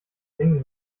singen